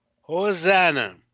Hosanna